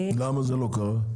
למה זה לא קרה?